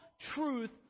truth